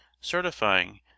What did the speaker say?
certifying